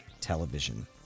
Television